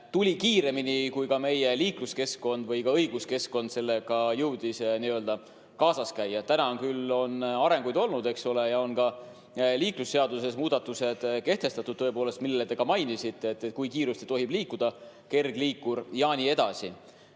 tuli kiiremini, kui meie liikluskeskkond või ka õiguskeskkond sellega jõudis kaasas käia. On küll arenguid olnud, eks ole, ja on ka liiklusseaduses muudatused kehtestatud, mida te ka mainisite, kui kiiresti tohib liikuda kergliikur ja nii edasi.